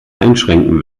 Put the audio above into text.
einschränken